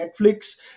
Netflix